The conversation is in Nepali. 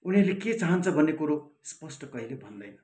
उनीहरूले के चाहन्छ भन्ने कुरो स्पष्ट कहिले भन्दैन